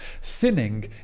Sinning